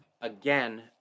again